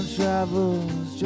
travels